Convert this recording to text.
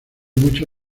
mucho